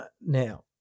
Now